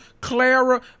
Clara